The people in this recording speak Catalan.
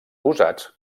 usats